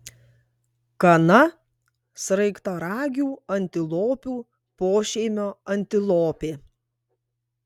kana sraigtaragių antilopių pošeimio antilopė